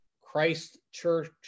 Christchurch